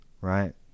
right